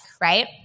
right